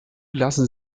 lassen